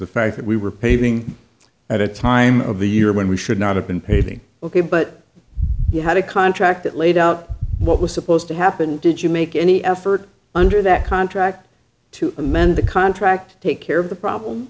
the fact that we were paving at a time of the year when we should not have been paving ok but you had a contract that laid out what was supposed to happen did you make any effort under that contract to amend the contract take care of the problem